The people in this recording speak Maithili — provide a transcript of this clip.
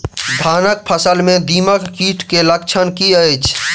धानक फसल मे दीमक कीट केँ लक्षण की अछि?